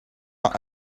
not